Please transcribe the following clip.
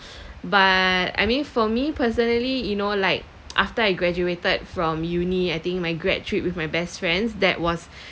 but I mean for me personally you know like after I graduated from uni I think my grad trip with my best friends that was